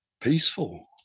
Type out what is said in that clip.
peaceful